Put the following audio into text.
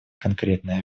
конкретное